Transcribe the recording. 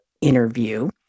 interview